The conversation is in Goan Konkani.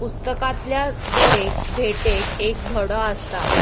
पुस्तकांतल्या दरेक भेट एक धडो आसता